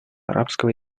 арабского